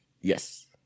yes